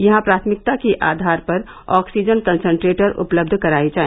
यहां प्राथमिकता के आधार पर ऑक्सीजन कंसंट्रेटर उपलब्ध कराये जाए